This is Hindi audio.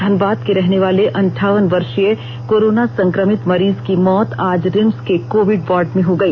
धनबाद के रहने वाले अंठावन वर्षीय कोरोना संक्रमित मरीज की मौत आज रिम्स के कोविड वार्ड में हो गई